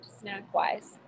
snack-wise